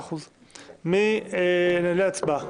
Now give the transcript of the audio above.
אני מעלה להצבעה.